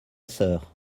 sœur